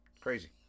Crazy